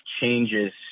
changes